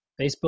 facebook